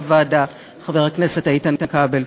ביושב-ראש הוועדה חבר הכנסת איתן כבל.